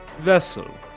vessel